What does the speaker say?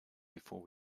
before